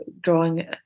drawing